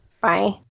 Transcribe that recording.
Bye